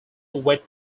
wet